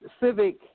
civic